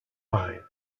pine